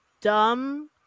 dumb